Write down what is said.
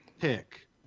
pick